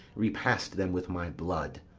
repast them with my blood.